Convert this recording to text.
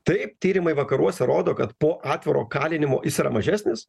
taip tyrimai vakaruose rodo kad po atviro kalinimo jis yra mažesnis